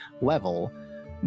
level